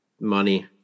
money